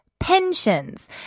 pensions